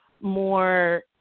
more